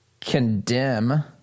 condemn